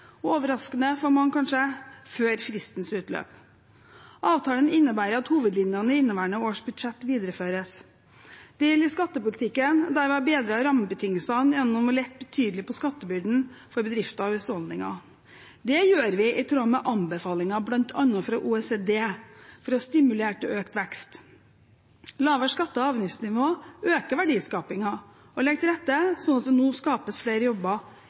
overraskende for mange, før fristens utløp. Avtalen innebærer at hovedlinjene i inneværende års budsjett videreføres. Det gjelder i skattepolitikken, der vi har bedret rammebetingelsene gjennom å lette betydelig på skattebyrden for bedrifter og husholdninger. Det gjør vi i tråd med anbefalinger fra bl.a. OECD for å stimulere til økt vekst. Et lavere skatte- og avgiftsnivå øker verdiskapingen og legger til rette slik at det nå skapes flere jobber